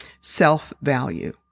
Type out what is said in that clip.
self-value